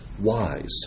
wise